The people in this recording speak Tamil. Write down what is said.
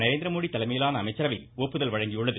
நரேந்திரமோடி சர்வதேச தலைமையிலான அமைச்சரவை ஒப்புதல் வழங்கியுள்ளது